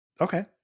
Okay